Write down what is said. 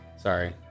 Sorry